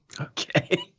Okay